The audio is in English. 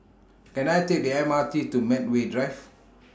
Can I Take The M R T to Medway Drive